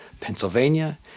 Pennsylvania